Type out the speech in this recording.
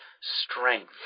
strength